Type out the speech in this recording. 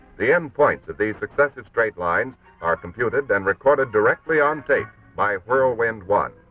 the endpoints of these successive straight lines are computed then recorded directly on tape by whirlwind one.